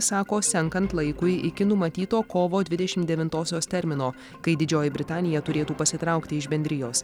sako senkant laikui iki numatyto kovo dvidešimt devintosios termino kai didžioji britanija turėtų pasitraukti iš bendrijos